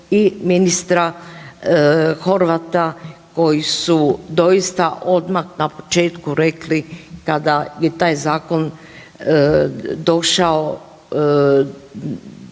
i ministra Horvata koji su doista odmah na početku rekli kada je taj zakon došao